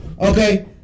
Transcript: Okay